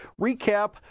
recap